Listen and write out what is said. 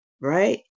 Right